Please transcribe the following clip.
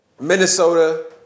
Minnesota